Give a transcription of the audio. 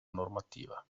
normativa